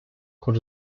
хоч